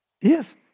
yes